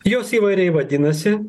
jos įvairiai vadinasi